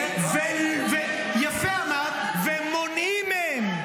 --- ויפה אמרת, ומונעים מהם.